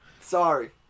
sorry